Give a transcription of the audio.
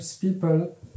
people